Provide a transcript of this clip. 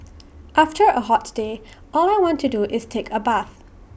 after A hot day all I want to do is take A bath